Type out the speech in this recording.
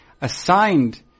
assigned